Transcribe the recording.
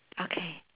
okay